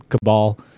cabal